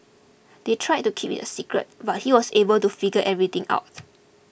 they tried to keep it a secret but he was able to figure everything out